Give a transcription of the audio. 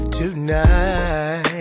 tonight